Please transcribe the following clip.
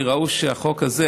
כי ראו שהחוק הזה,